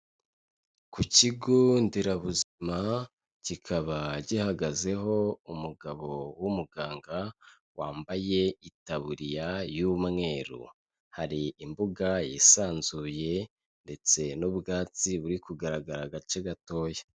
Ku kigo nderabuzima, kikaba gihagazeho umugabo w'umuganga wambaye itaburiya y'umweru. Hari imbuga yisanzuye ndetse n'ubwatsi buri kugaragara agace gatoya.